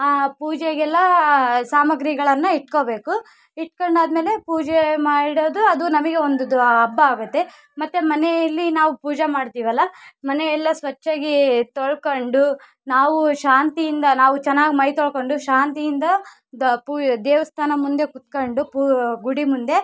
ಆ ಪೂಜೆಗೆಲ್ಲ ಸಾಮಗ್ರಿಗಳನ್ನು ಇಟ್ಕೊಬೇಕು ಇಟ್ಕೊಂಡಾದ ಮೇಲೆ ಪೂಜೆ ಮಾಡೋದು ಅದು ನಮಗೆ ಒಂದು ದ್ವ ಹಬ್ಬ ಆಗುತ್ತೆ ಮತ್ತು ಮನೆಯಲ್ಲಿ ನಾವು ಪೂಜೆ ಮಾಡ್ತೀವಲ್ಲ ಮನೆ ಎಲ್ಲ ಸ್ವಚ್ಛವಾಗಿ ತೊಳ್ಕೊಂಡು ನಾವು ಶಾಂತಿಯಿಂದ ನಾವು ಚೆನ್ನಾಗಿ ಮೈ ತೊಳ್ಕೊಂಡು ಶಾಂತಿಯಿಂದ ದ್ವ ಪುಯ್ ದೇವಸ್ಥಾನ ಮುಂದೆ ಕುತ್ಕೊಂಡು ಪು ಗುಡಿ ಮುಂದೆ